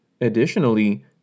Additionally